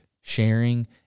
sharing